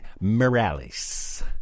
Morales